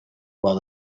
while